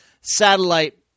satellite